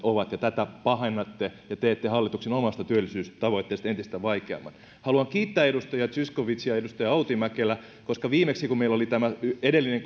ovat ja tätä pahennatte ja teette hallituksen omasta työllisyystavoitteesta entistä vaikeamman haluan kiittää edustaja zyskowiczia ja edustaja outi mäkelää koska viimeksi kun meillä oli edellinen